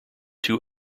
two